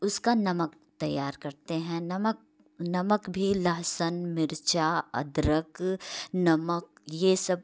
उसका नमक तैयार करते हैं नमक नमक भी लहसन मिर्च अदरक नमक ये सब